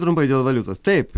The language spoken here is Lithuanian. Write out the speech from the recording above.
trumpai dėl valiutos taip